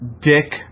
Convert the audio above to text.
Dick